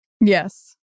Yes